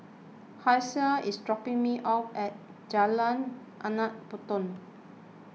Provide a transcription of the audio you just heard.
Hasel is dropping me off at Jalan Anak Patong